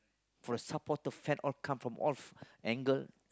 for the supporter fans all come from all angle